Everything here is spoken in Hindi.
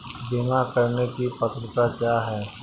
बीमा करने की पात्रता क्या है?